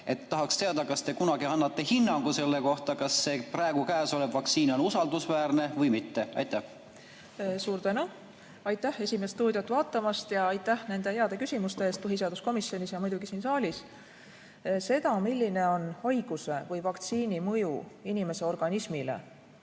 Tahaksin teada, kas te kunagi annate hinnangu selle kohta, kas see praegune vaktsiin on usaldusväärne või mitte. Suur tänu! Aitäh "Esimest stuudiot" vaatamast ja aitäh nende heade küsimuste eest põhiseaduskomisjonis ja muidugi siin saalis. Seda, milline on haiguse või vaktsiini mõju inimese organismile,